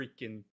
freaking